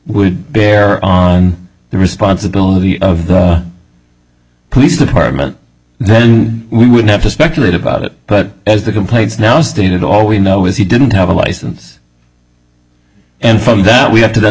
would bear on the responsibility of the police department we would have to speculate about it but as the complaints now stated all we know is he didn't have a license and from that we have to